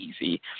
easy